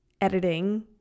editing